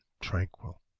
tranquil